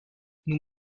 nous